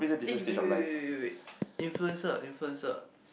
eh wait wait wait wait wait influencer influencer